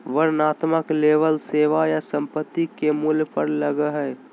वर्णनात्मक लेबल सेवा या संपत्ति के मूल्य पर लगा हइ